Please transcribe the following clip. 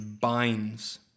binds